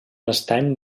estany